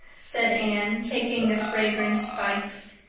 said anne, taking the fragrant spikes.